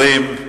2010,